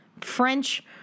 French